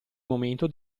momento